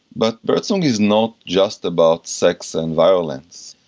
but birdsong is not just about sex and violence.